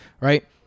right